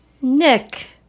Nick